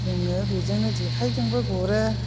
जोङो बेजोंनो जेखायजोंबो गुरो